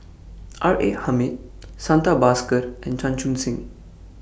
R A Hamid Santha Bhaskar and Chan Chun Sing